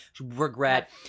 regret